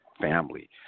family